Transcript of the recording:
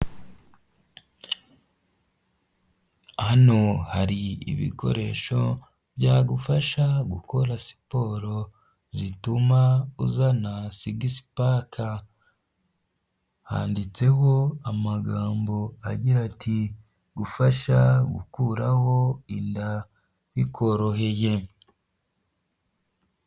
Hano hari ibikoresho byagufasha gukora siporo zituma uzana sigisipaka, handitseho amagambo agira ati gufasha gukuraho inda bikoroheye.